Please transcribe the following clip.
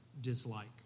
dislike